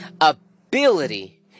Ability